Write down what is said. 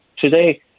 today